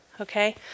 okay